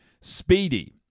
Speedy